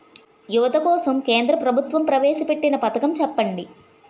యువత కోసం కేంద్ర ప్రభుత్వం ప్రవేశ పెట్టిన పథకం చెప్పండి?